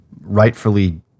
rightfully